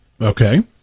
Okay